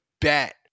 bet